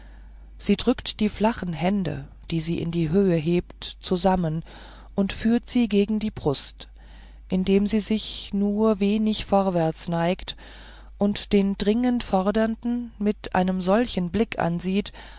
sie drückt die flachen hände die sie in die höhe hebt zusammen und führt sie gegen die brust indem sie sich nur wenig vorwärts neigt und den dringend fordernden mit einem solchen blick ansieht